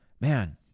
Man